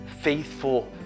faithful